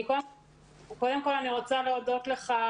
קודם כל אני רוצה להודות לך,